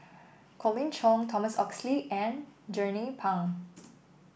Colin Cheong Thomas Oxley and Jernnine Pang